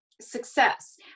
success